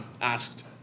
asked